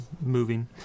moving